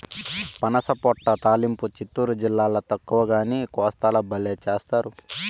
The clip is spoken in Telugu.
పనసపొట్టు తాలింపు చిత్తూరు జిల్లాల తక్కువగానీ, కోస్తాల బల్లే చేస్తారు